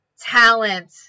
Talent